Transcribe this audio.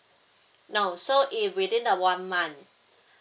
no so it within the one month